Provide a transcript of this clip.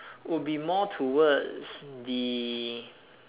would be more towards the